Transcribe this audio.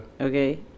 Okay